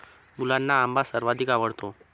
मुलांना आंबा सर्वाधिक आवडतो